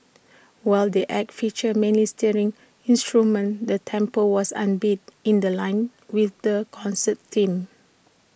while the act featured mainly string instruments the tempo was upbeat in The Line with the concert theme